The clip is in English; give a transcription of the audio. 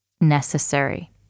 necessary